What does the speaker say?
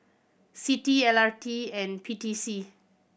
CITI L R T and P T C